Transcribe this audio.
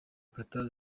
kata